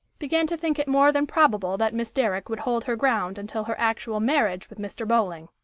began to think it more than probable that miss derrick would hold her ground until her actual marriage with mr. bowling.